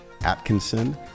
Atkinson